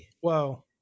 Whoa